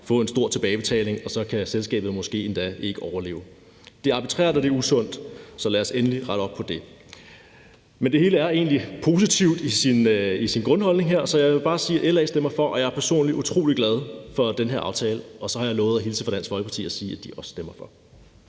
få en stor tilbagebetaling, og så kan selskabet måske endda ikke overleve. Det er arbitrært, og det er usundt, så lad os endelig rette op på det. Men det hele er egentlig positivt her i sin grundholdning, så jeg vil bare sige, at LA stemmer for, og jeg er personligt utrolig glad for den her aftale. Og så har jeg lovet at hilse fra Dansk Folkeparti og sige, at de også stemmer for.